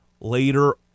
later